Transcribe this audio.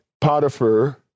Potiphar